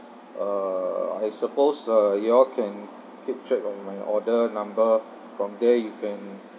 uh I supposed uh you all can keep track on my order number from there you can